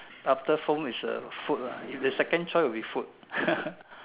after home is the food if the second choice will be food